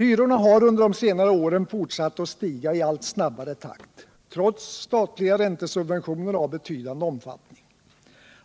Hyrorna har under senare år fortsatt att stiga i allt snabbare takt trots statliga räntesubventioner av betydande omfattning.